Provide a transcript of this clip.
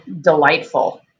delightful